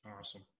Awesome